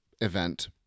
event